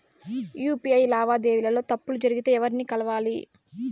UPI లావాదేవీల లో తప్పులు జరిగితే ఎవర్ని కలవాలి?